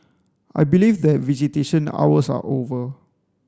i believe that visitation hours are over